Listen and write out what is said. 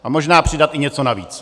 A možná přidat i něco navíc.